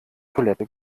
toilette